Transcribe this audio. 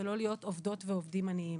ולא להיות עובדות ועובדים עניים.